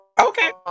okay